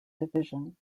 division